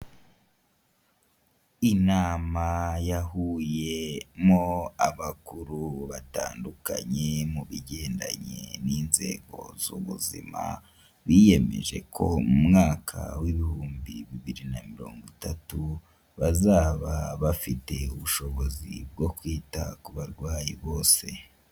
Inama yahuyemo abakuru batandukanye mu bigendanye n'inzego z'ubuzima, biyemeje ko mu mwaka w'ibihumbi bibiri na mirongo itatu bazaba bafite ubushobozi bwo kwita ku barwayi bose.